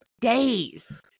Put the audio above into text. days